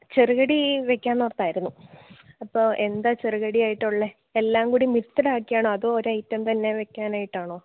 ചെറുകടി വയ്ക്കാമെന്ന് ഓർത്തായിരുന്നു അപ്പോൾ എന്താ ചെറുകടിയായിട്ടുള്ളത് എല്ലാം കൂടി മിക്സഡ് ആക്കിയാണോ അതോ ഒരയിറ്റം തന്നെ വയ്ക്കാനായിട്ടാണോ